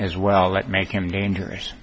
as well that make him dangerous